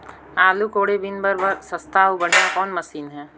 आलू कोड़े बीने बर सस्ता अउ बढ़िया कौन मशीन हे?